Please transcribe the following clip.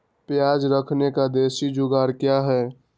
प्याज रखने का देसी जुगाड़ क्या है?